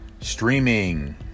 streaming